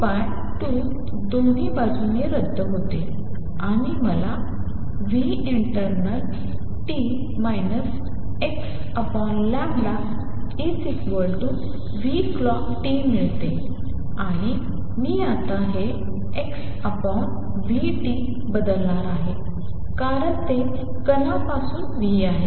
2π 2π 2 बाजूंनी रद्द होते आणि मला internalt xclockt मिळते आणि मी आता हे x v t बदलणार आहे कारण ते कणापासून v आहे